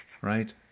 Right